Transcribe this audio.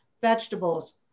vegetables